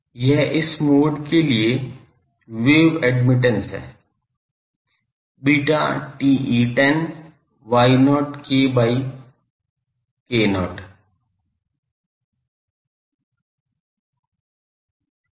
यह इस मोड के लिए वेव एडमिटन्स है beta TE10 Y0 by k0